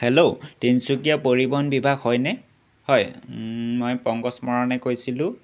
hello Tinsukia পৰিবহন বিভাগ হয়নে হয় মই পংকজ মৰাণে কৈছিলোঁ